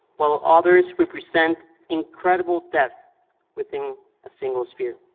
while others represent incredible depth within a single sphere.